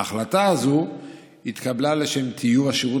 ההחלטה הזאת התקבלה לשם טיוב השירות